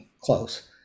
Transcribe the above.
close